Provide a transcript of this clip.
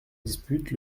dispute